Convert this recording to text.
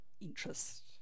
interest